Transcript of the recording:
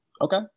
Okay